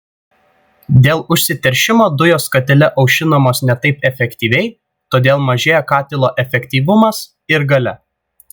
dėl užsiteršimo dujos katile aušinamos ne taip efektyviai todėl mažėja katilo efektyvumas ir galia